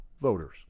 voters